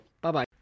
Bye-bye